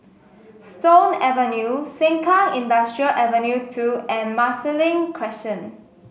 Stone Avenue Sengkang Industrial Ave New two and Marsiling Crescent